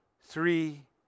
three